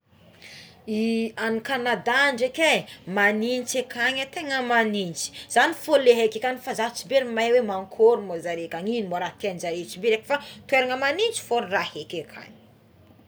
I agny Kanada dreky eke é magnintsy akagny tegna magnintsy za fogna le eke tagny za fo tsy be le mahay oe akory mo zareo akagny ino mo raha tia njare ekeko fa toerana magnintsy fogna raha eke akagny.